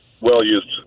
well-used